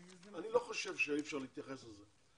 אני לא חושב שאי אפשר להתייחס לזה.